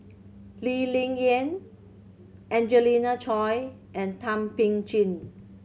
Lee Ling Yen Angelina Choy and Thum Ping Tjin